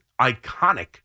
iconic